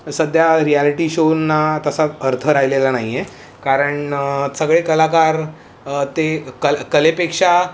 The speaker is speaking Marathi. सध्या रियालिटी शोन्ना तसा अर्थ राहिलेला नाही आहे कारण सगळे कलाकार ते कल कलेपेक्षा